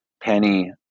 penny